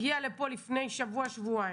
הגיע לפה לפני שבוע-שבועיים,